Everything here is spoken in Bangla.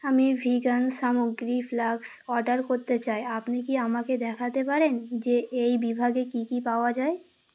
আমি ভিগান সামগ্রী ফ্লাক্স অর্ডার করতে চাই আপনি কি আমাকে দেখাতে পারেন যে এই বিভাগে কী কী পাওয়া যায়